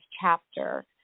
chapter